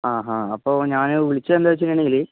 ആ ഹാ അപ്പോള് ഞാന് വിളിച്ചതെന്താണെന്നുവച്ചിട്ടുണ്ടെങ്കില്